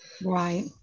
Right